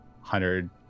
hundred